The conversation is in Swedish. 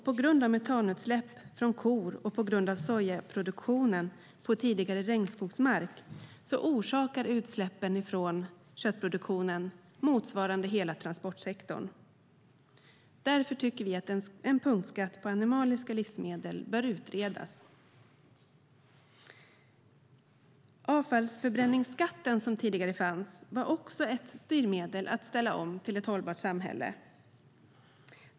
På grund av metanutsläpp från kor och på grund av sojaproduktionen på tidigare regnskogsmark motsvarar utsläppen från köttproduktionen hela transportsektorn. Därför tycker vi att en punktskatt på animaliska livsmedel bör utredas. Avfallsförbränningsskatten som tidigare fanns var också ett styrmedel för att ställa om till ett hållbart samhälle.